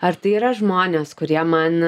ar tai yra žmonės kurie man